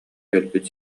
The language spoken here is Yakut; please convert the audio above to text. кэлбит